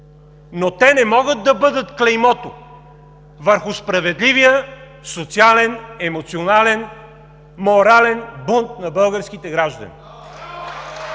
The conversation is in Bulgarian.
но те не могат да бъдат клеймото върху справедливия социален, емоционален, морален бунт на българските граждани.